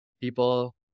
people